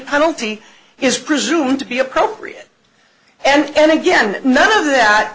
penalty is presumed to be appropriate and again none of that